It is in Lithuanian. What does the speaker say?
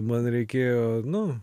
man reikėjo nu